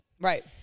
Right